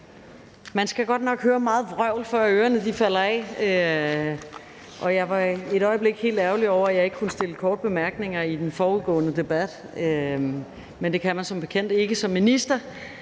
Man skal godt nok høre meget vrøvl, før ørerne falder af. Jeg var et øjeblik helt ærgerlig over, at jeg ikke kunne komme med korte bemærkninger i den foregående debat, men det kan man som bekendt ikke som minister.